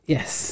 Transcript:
Yes